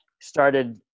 started